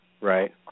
Right